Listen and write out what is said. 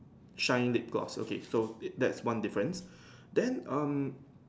shine lip gloss okay so that's one difference then um